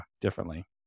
differently